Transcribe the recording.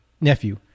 nephew